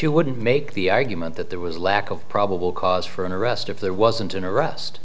you wouldn't make the argument that there was a lack of probable cause for an arrest if there wasn't an arrest